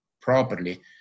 properly